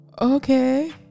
Okay